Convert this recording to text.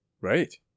Right